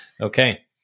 Okay